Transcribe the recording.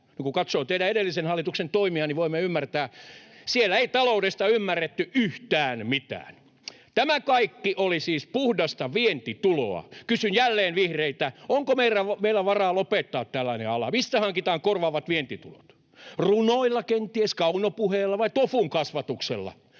kun katsoo teidän edellisen hallituksen toimia, niin voimme ymmärtää. Siellä ei taloudesta ymmärretty yhtään mitään. — Tämä kaikki oli siis puhdasta vientituloa. Kysyn jälleen vihreiltä: Onko meillä varaa lopettaa tällainen ala? Mistä hankitaan korvaavat vientitulot? Runoilla kenties, kaunopuheilla vai tofun kasvatuksella?